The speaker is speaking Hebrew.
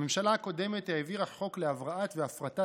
הממשלה הקודמת העבירה חוק להבראת והפרטת